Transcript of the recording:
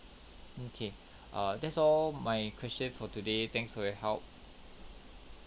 okay err that's all my question for today thanks for your help